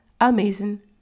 amazing